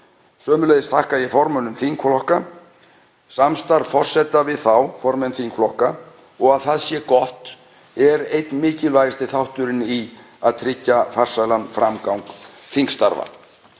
Sömuleiðis þakka ég formönnum þingflokka. Samstarf forseta við formenn þingflokka, og að það sé gott, er einn mikilvægasti þátturinn í að tryggja farsælan framgang þingstarfa.